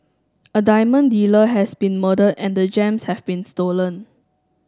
a diamond dealer has been murdered and the gems have been stolen